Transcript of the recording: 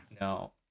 No